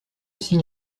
signe